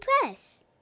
Press